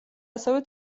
ასევე